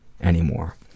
anymore